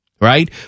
right